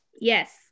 Yes